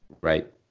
Right